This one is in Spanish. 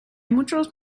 muchos